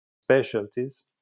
specialties